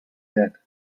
debt